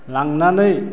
लांनानै